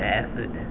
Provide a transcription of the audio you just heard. acid